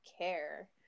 care